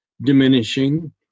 diminishing